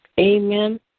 Amen